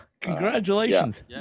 congratulations